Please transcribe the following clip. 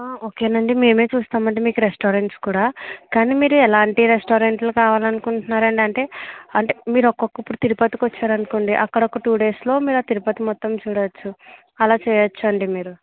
ఒకేనండి మేమే చూస్తాం అండి మీకు రెస్టారెంట్స్ కూడా కాని మీరు ఎలాంటి రెస్టారెంట్లు కావాలి అనుకుంటున్నారండి అంటే అంటే మీరు ఒక్కొక్క ఇప్పుడు తిరుపతికి వచ్చారనుకోండి అక్కడ ఒక టు డేస్లో మీరు ఆ తిరుపతి మొత్తం చూడొచ్చు అలా చేయొచ్చు అండి మీరు